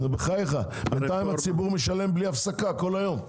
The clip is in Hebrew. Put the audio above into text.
בחייך, בינתיים הציבור משלם בלי הפסקה כל היום.